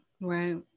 Right